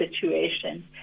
situation